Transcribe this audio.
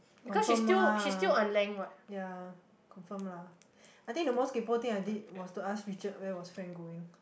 confirm ah yeah confirm lah I think the most kaypo thing I did was to ask Richard where was Frank going